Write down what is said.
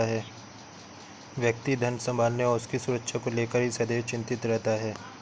व्यक्ति धन संभालने और उसकी सुरक्षा को लेकर ही सदैव चिंतित रहता है